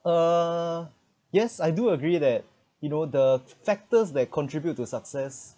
uh yes I do agree that you know the factors that contribute to success